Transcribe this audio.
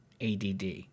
ADD